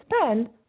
spend